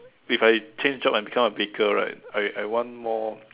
if I change job I'm become a baker right I I want more